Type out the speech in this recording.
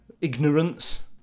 Ignorance